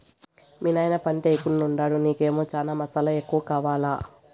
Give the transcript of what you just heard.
మీ నాయన పంటయ్యెకుండాడు నీకేమో చనా మసాలా ఎక్కువ కావాలా